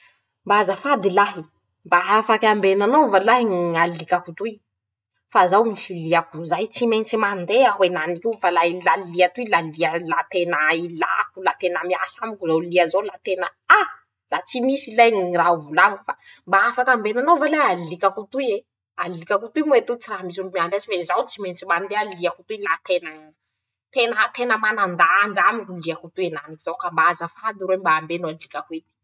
<...>Mba azafady lahy, mba afaky ambenanao va lahy ñ'alikako toy, fa zaho misy liako zay, tsy mentsy mandeha aho enanikio fa la ilia toy la lia la tena ilako la tena miasa amiko zao lia zao, la tena ha, la tsy misylay ñy raha ho volañiko, fa mba afaky ambenanao va lahy alikako toy e, alikako toy moa i etoo tsy raha misy olo miamby azy fe zaho tsy maintsy mandeha liako toy la tenaa, tena tena manandanja amiko liako toy enanik'izao, ka mba azafady roe mba ambeno alikako toy.